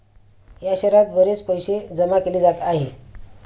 या शहरात बरेच पैसे जमा केले जात आहे